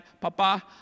Papa